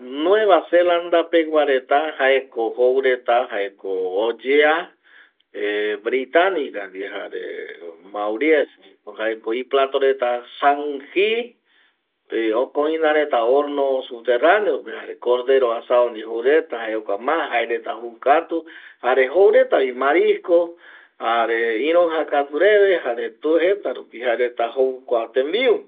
Nueva Zelanda pegua reta jaeko jou reta jaeko oyea britanica ndie jare mauries jaeko iplato reta jangir okojina reta horno subterraneope jare cordero asao ndie jou reta jaeko ma jaereta joukatu jare jouretavi marisco jare iroija katu reve jare tureta rupi jou tembiu